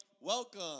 welcome